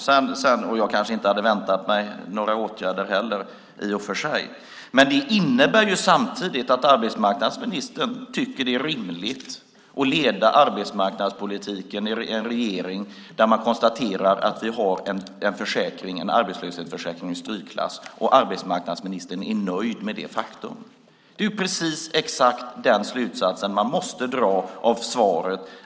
Jag hade i och för sig inte väntat mig några åtgärder heller, men det innebär samtidigt att arbetsmarknadsministern tycker att det är rimligt att leda arbetsmarknadspolitiken i en regering där man konstaterar att vi har en arbetslöshetsförsäkring i strykklass och att arbetsmarknadsministern är nöjd med detta faktum. Det är precis exakt den slutsatsen man måste dra av svaret.